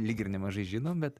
lyg ir nemažai žinom bet